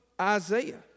Isaiah